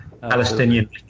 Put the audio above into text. Palestinian